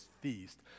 feast